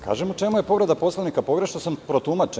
Kažem u čemu je povreda Poslovnika, pogrešno sam protumačen.